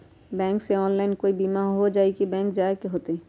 Bank से online कोई बिमा हो जाई कि बैंक जाए के होई त?